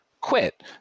quit